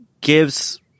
gives